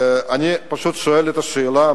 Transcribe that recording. אני פשוט שואל את השאלה,